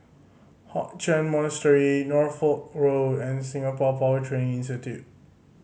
Hock Chuan Monastery Norfolk Road and Singapore Power Training Institute